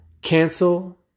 cancel